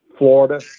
Florida